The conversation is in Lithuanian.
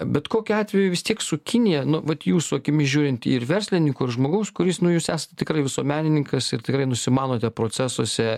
bet kokiu atveju vis tiek su kinija nu vat jūsų akimis žiūrint ir verslininko ir žmogaus kuris nu jūs esat tikrai visuomenininkas ir tikrai nusimanote procesuose